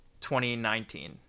2019